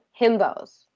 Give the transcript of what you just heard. Himbos